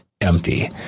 empty